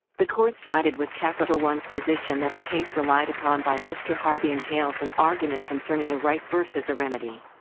the court sided with capital one's position that the case relied upon by mr. harvey and tails and argument concerning a right verse as a remedy.